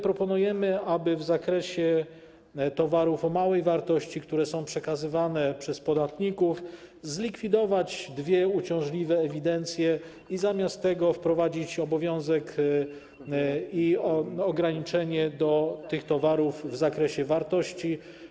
Proponujemy, aby w zakresie towarów o małej wartości, które są przekazywane przez podatników, zlikwidować dwie uciążliwe ewidencje, a zamiast tego wprowadzić obowiązek i ograniczenie w przypadku tych towarów w zakresie wartości.